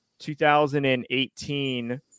2018